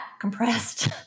compressed